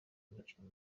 umukino